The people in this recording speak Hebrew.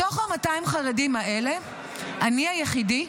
מתוך ה-200 חרדים האלה אני היחידי,